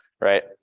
right